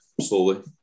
slowly